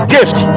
Gift